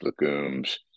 legumes